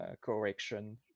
correction